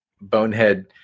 bonehead